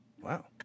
Wow